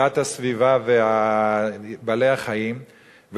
יש לי איזה חשש שנוצרה כאן דת חדשה של דת הסביבה ובעלי-החיים,